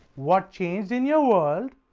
what changed in your world,